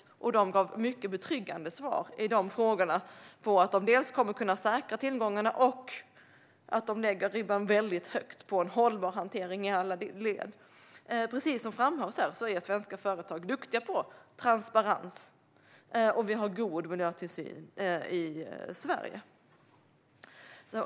Northvolt gav mycket betryggande svar på de frågorna: Man kommer att kunna säkra tillgången, och man lägger ribban högt för hållbar hantering i alla led. Precis som framhålls här är svenska företag duktiga på transparens, och vi har god miljötillsyn i Sverige.